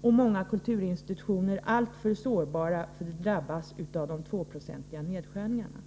och många kulturinstitutioner alltför sårbara för att drabbas av de 2-procentiga nedskärningarna.